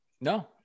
No